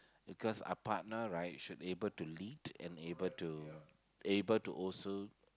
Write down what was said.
because a partner right should able to lead and able to able to also